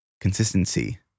consistency